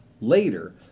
later